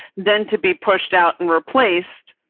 then to be pushed out and replaced.